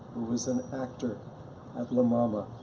who was an actor at la mama,